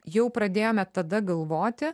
jau pradėjome tada galvoti